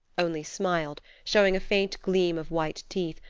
only smiled, showing a faint gleam of white teeth,